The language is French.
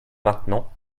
maintenant